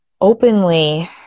openly